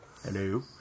Hello